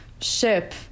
ship